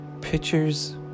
Pictures